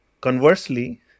Conversely